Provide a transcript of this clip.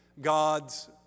God's